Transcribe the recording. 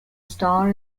star